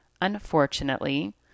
Unfortunately